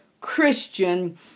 Christian